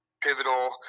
pivotal